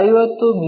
50 ಮಿ